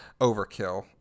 Overkill